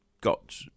got